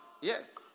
Yes